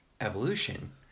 evolution